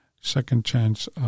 second-chance